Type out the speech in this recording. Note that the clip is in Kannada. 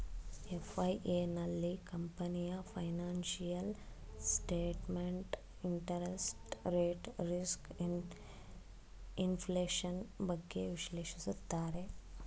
ಎಫ್.ಐ.ಎ, ನಲ್ಲಿ ಕಂಪನಿಯ financial statement, interest rate risk, inflation, ಬಗ್ಗೆ ವಿಶ್ಲೇಷಿಸುತ್ತಾರೆ